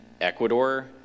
Ecuador